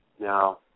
Now